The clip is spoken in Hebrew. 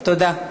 תודה.